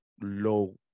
low